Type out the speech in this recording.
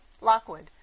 Lockwood